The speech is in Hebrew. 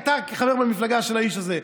כחבר במפלגה של האיש הזה,